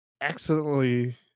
accidentally